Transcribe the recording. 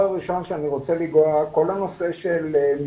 שאלה שנייה: לפי מה שאת אומרת,